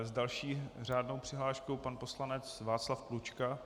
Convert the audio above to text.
S další řádnou přihláškou pan poslanec Václav Klučka.